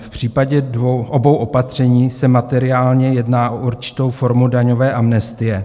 V případě obou opatření se materiálně jedná o určitou formu daňové amnestie.